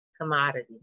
commodity